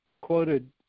quoted